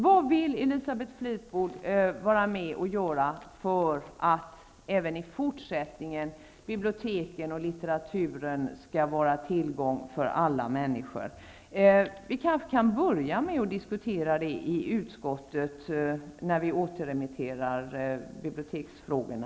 Vad vill Elisabeth Fleetwood vara med och göra för att biblioteken och litteraturen även i fortsättningen skall vara tillgängliga för alla människor? Vi kan kanske börja med att föra diskussionen i utskottet, när vi har återremitterat biblioteksfrågorna.